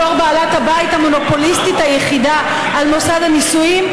בתור בעלת הבית המונופוליסטית היחידה על מוסד הנישואים,